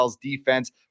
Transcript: defense